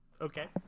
Okay